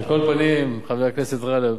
על כל פנים, חבר הכנסת גאלב,